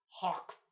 hawk